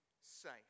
safe